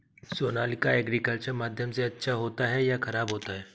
Sonalika agriculture माध्यम से अच्छा होता है या ख़राब होता है?